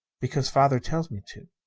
because father tells me to.